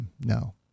No